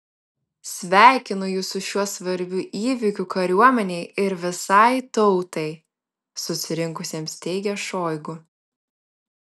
sveikinu jus su šiuo svarbiu įvykiu kariuomenei ir visai tautai susirinkusiems teigė šoigu